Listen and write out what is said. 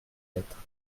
lettres